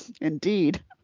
indeed